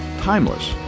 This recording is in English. Timeless